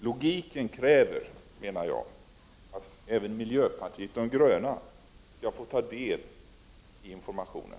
Logiken kräver att även miljöpartiet de gröna skall få ta del av informationen.